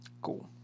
Cool